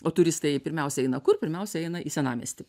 o turistai pirmiausia eina kur pirmiausia eina į senamiestį